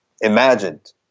imagined